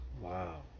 wow